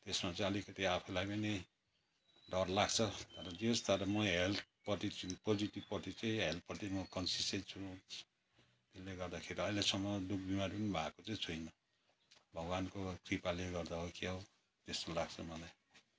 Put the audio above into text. त्यसमा चाहिँ अलिकति आफूलाई पनि डर लाग्छ तर जे होस् तर म हेल्थपट्टि पोजिटिभपट्टि चाहिँ हेल्थपट्टि म कनसियसै छु त्यसले गर्दाखेरि अहिलेसम्म दुःख बिमार भएको छुइनँ भगवानको कृपाले गर्दा हो क्या हो त्यस्तो लाग्छ मलाई